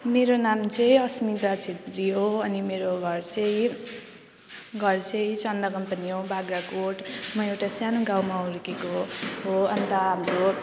मेरो नाम चाहिँ अस्मिता छेत्री हो अनि मेरो घर चाहिँ घर चाहिँ चन्दा कम्पनी हो बाग्राकोट म एउटा सानो गाउँमा हुर्केको हो हो अन्त हाम्रो